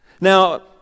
Now